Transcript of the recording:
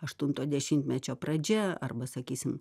aštunto dešimtmečio pradžia arba sakysim